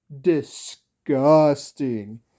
disgusting